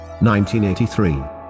1983